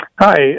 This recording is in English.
Hi